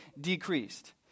decreased